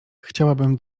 chciałabym